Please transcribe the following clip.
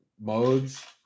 modes